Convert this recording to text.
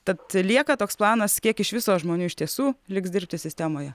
tad lieka toks planas kiek iš viso žmonių iš tiesų liks dirbti sistemoje